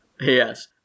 Yes